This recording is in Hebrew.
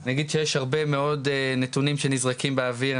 אני אגיד שיש הרבה מאוד נתונים שנזרקים באוויר.